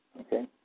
okay